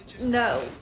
No